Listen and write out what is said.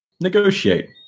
negotiate